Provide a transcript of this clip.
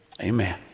amen